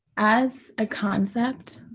as a concept,